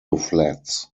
flats